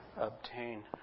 obtain